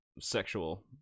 sexual